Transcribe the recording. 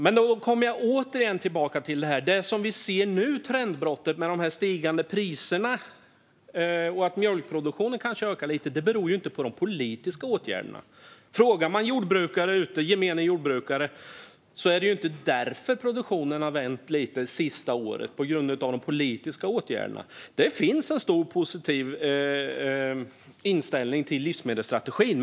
Men jag kommer återigen tillbaka till att det som vi ser nu, trendbrottet med de stigande priserna och att mjölkproduktionen kanske ökar lite, inte beror på de politiska åtgärderna. Frågar man gemene jordbrukare svarar de inte att det är på grund av de politiska åtgärderna som produktionen har vänt lite det senaste året. Det finns en stor positiv inställning till livsmedelsstrategin.